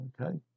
Okay